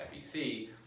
FEC